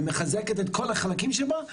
ומחזקת את כל החלקים שבה,